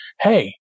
hey